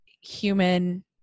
human